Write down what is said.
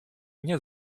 nie